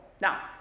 Now